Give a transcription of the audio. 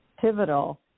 pivotal